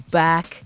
back